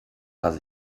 was